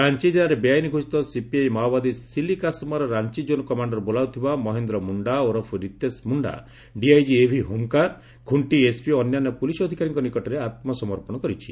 ରାଞ୍ଚି ଜିଲ୍ଲାରେ ବେଆଇନ୍ ଘୋଷିତ ସିପିଆଇ ମାଓବାଦୀ ସିଲି କାସମାର ରାଞ୍ଚି ଜୋନ୍ କମାଣ୍ଡର ବୋଲାଉଥିବା ମହେନ୍ଦ୍ର ମୁଣ୍ଡା ଓରଫ୍ Ritesh Munda DIG AV Homkar Khunti SP ଓ ଅନ୍ୟାନ୍ୟ ପୁଲିସ୍ ଅଧିକାରୀଙ୍କ ନିକଟରେ ଆତ୍ମସମର୍ପଣ କରିଛି